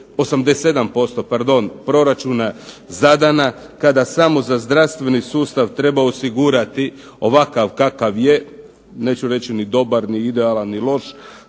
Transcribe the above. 87% proračuna zadana kada samo za zdravstveni sustav treba osigurati ovakav kakav je, neću reći ni dobar ni idealan ni loš,